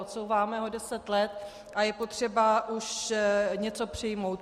Odsouváme ho deset let a je potřeba už něco přijmout.